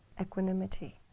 equanimity